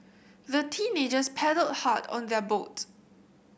the teenagers paddled hard on their boat